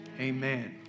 Amen